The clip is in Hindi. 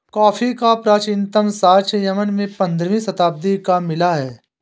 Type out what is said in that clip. कॉफी का प्राचीनतम साक्ष्य यमन में पंद्रहवी शताब्दी का मिला है